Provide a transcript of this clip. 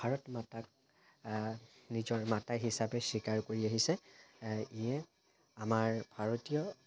ভাৰত মাতাক নিজৰ মাতা হিচাপে স্বীকাৰ কৰি আহিছে ইয়ে আমাৰ ভাৰতীয়